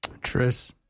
tris